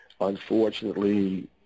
Unfortunately